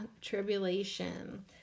tribulation